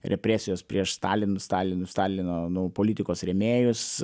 represijos prieš stalin stalin stalino nu politikos rėmėjus